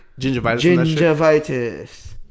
Gingivitis